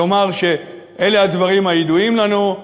לומר שאלה הדברים הידועים לנו.